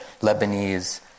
Lebanese